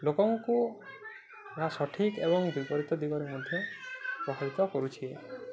ଲୋକଙ୍କୁ ନା ସଠିକ୍ ଏବଂ ବିପରୀତ ଦିଗରେ ମଧ୍ୟ ପ୍ରଭାବିତ କରୁଛି